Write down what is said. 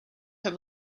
have